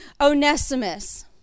Onesimus